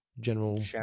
general